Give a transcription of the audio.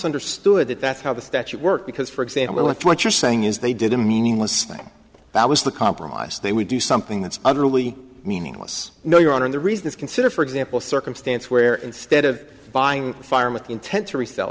understood that that's how the statute work because for example what you're saying is they did a meaningless thing that was the compromise they would do something that's utterly meaningless no your honor the reason is consider for example circumstance where instead of buying a farm with intent to resell